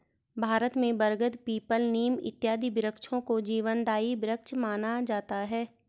भारत में बरगद पीपल नीम इत्यादि वृक्षों को जीवनदायी वृक्ष माना जाता है